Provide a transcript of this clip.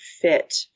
fit